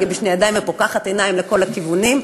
בשתי ידיים ופוקחת עיניים לכל הכיוונים,